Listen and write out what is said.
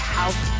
House